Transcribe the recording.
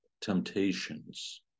temptations